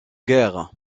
guerre